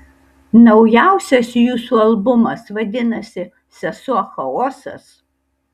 naujausias jūsų albumas vadinasi sesuo chaosas